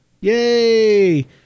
Yay